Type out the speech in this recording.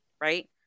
right